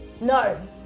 No